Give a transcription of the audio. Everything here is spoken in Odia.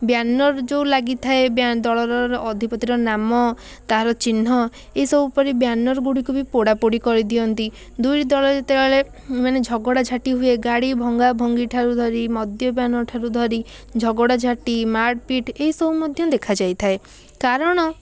ବ୍ୟାନର୍ ଯେଉଁ ଲାଗିଥାଏ ବ୍ୟା ଦଳର ଅଧିପତିର ନାମ ତା'ର ଚିହ୍ନ ଏ ସବୁ ପରି ବ୍ୟାନର୍ଗୁଡ଼ିକୁ ବି ପୋଡ଼ାପୋଡ଼ି କରିଦିଅନ୍ତି ଦୁଇଟି ଦଳ ଯେତେବେଳେ ମାନେ ଝଗଡ଼ାଝାଟି ହୁଏ ଗାଡ଼ି ଭଙ୍ଗାଭଙ୍ଗି ଠାରୁ ଧରି ମଦ୍ୟପାନ ଠାରୁ ଧରି ଝଗଡ଼ାଝାଟି ମାଡ଼ପିଟ୍ ଏ ସବୁ ମଧ୍ୟ ଦେଖା ଯାଇଥାଏ କାରଣ